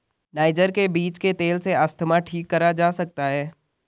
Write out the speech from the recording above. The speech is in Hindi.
नाइजर के बीज के तेल से अस्थमा ठीक करा जा सकता है